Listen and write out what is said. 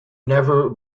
never